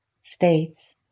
states